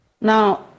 now